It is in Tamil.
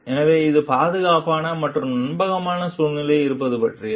எனவே இது பாதுகாப்பான மற்றும் நம்பகமான சூழலில் இருப்பது பற்றியது